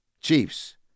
Chiefs